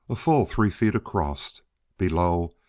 a full three feet across. below,